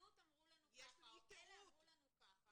אלו"ט אמרו לנו ככה או אלה אמרו לנו ככה.